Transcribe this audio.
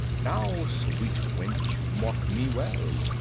now sweet wench, mark me well.